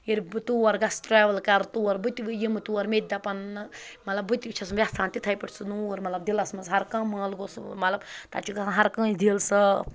ییٚلہِ بہٕ تور گژھٕ ٹرٛیوٕل کَرٕ تور بہٕ تہِ یِم تور مےٚ تہِ دَپان نہ مطلب بہٕ تہِ چھس وٮ۪ژھان تِتھَے پٲٹھۍ سُہ نوٗر مطلب دِلَس منٛز ہَرکانٛہہ مَل گوٚژھ مطلب تَتہِ چھُ گژھان ہَرکٲنٛسہِ دِل صاف